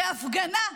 בהפגנה.